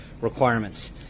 requirements